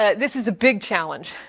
ah this is a big challenge.